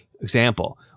Example